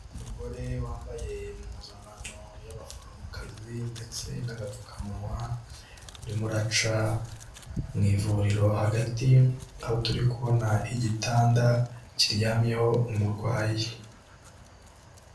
Umugore wambaye impuzankano y'abaforomokazi ndetse n'agapfukamunwa, urimo uraca mu ivuriro hagati aho turi kubona igitanda kiryamyeho umurwayi.